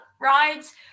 rides